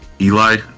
eli